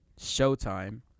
Showtime